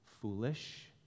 foolish